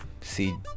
see